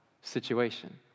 situation